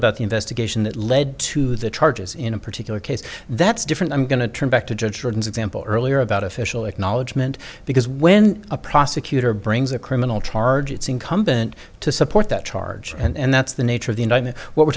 about the investigation that led to the charges in a particular case that's different i'm going to turn back to judge for an example earlier about official acknowledgement because when a prosecutor brings a criminal charge it's incumbent to support that charge and that's the nature of the united what we're